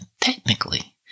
technically